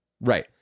Right